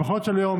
במכוניות של היום,